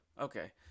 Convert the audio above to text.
okay